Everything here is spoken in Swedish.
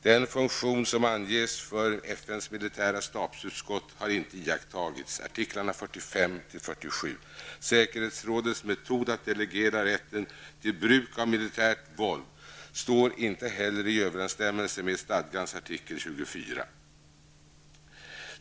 Den funktion som anges för FNs militära stabsutskott har inte iakttagits, artiklarna 45--47. Säkerhetsrådets metod att delegera rätten till bruk av militärt våld står inte heller i överensstämmelse med stadgans artikel 24.